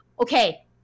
Okay